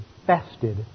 infested